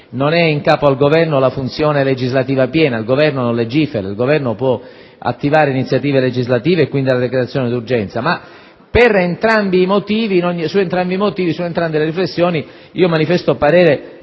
non è in capo al Governo la funzione legislativa piena, il Governo non legifera, il Governo può attivare iniziative legislative e quindi la decretazione d'urgenza. Ma su entrambe le riflessioni manifesto parere